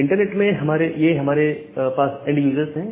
internet में ये हमारे पास एंड यूजर्स हैं